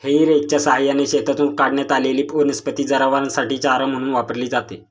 हेई रेकच्या सहाय्याने शेतातून काढण्यात आलेली वनस्पती जनावरांसाठी चारा म्हणून वापरली जाते